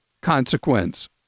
consequence